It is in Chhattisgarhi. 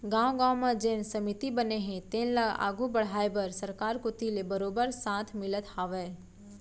गाँव गाँव म जेन समिति बने हे तेन ल आघू बड़हाय बर सरकार कोती ले बरोबर साथ मिलत हावय